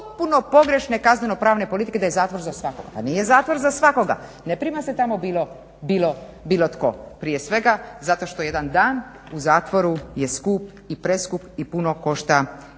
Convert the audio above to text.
potpuno pogrešne kazneno pravne politike da je zatvor za svakoga. Nije zatvor za svakoga. Ne prima se tamo bilo tko. Prije svega zato što jedan dan u zatvoru je skup i preskup i puno košta